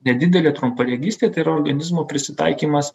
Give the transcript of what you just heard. nedidelė trumparegystė tai yra organizmo prisitaikymas